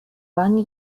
one